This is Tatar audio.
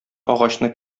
агачны